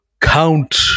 Count